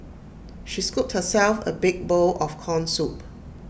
she scooped herself A big bowl of Corn Soup